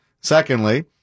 secondly